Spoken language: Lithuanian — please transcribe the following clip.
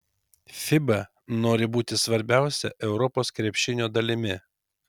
fiba nori būti svarbia europos krepšinio dalimi